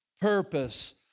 purpose